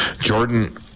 Jordan